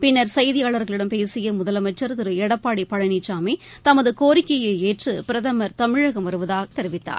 பின்னர் செய்தியாளர்களிடம் பேசிய முதலமைச்சர் திரு எடப்பாடி பழனிசாமி தமது னோிக்கையை ஏற்று பிரதமர் தமிழகம் வருவதாக தெரிவித்தார்